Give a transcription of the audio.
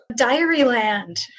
Diaryland